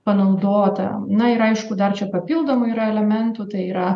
panaudota na ir aišku dar čia papildomų yra elementų tai yra